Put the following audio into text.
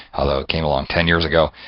although it came along ten years ago,